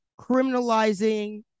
criminalizing